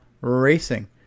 Racing